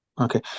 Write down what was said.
Okay